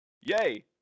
yay